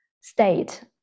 state